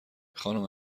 خانم